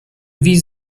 wie